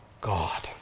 God